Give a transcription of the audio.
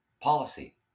policy